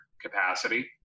capacity